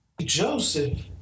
Joseph